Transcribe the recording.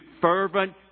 fervent